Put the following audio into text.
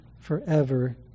forever